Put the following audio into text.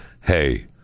hey